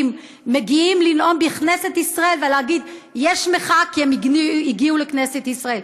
מגיעים לנאום בכנסת ישראל ולהגיד: יש מחאה כי הם הגיעו לכנסת ישראל.